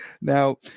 Now